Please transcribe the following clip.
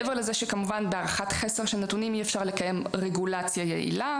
מעבר לזה שכמובן בהערכת חסר של נתונים אי אפשר לקיים רגולציה יעילה